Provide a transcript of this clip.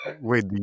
Wait